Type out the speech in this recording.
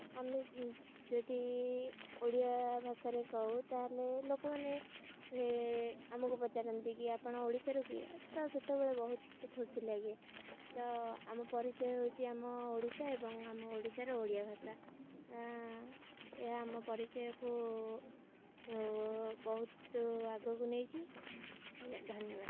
ଆମେ ଯଦି ଓଡ଼ିଆ ଭାଷାରେ କହୁ ତା'ହେଲେ ଲୋକମାନେ ଆମକୁ ପଚାରନ୍ତି କି ଆପଣ ଓଡ଼ିଶାରୁ କି ତ ସେତେବେଳେ ବହୁତ ଖୁସି ଲାଗେ ତ ଆମ ପରିଚୟ ହେଉଛି ଆମ ଓଡ଼ିଶା ଏବଂ ଆମ ଓଡ଼ିଶାର ଓଡ଼ିଆ ଭାଷା ଏହା ଆମ ପରିଚୟକୁ ବହୁତ ଆଗକୁ ନେଇଛି ଆଜ୍ଞା ଧନ୍ୟବାଦ